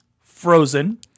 frozen